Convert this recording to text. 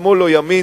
שמאל או ימין,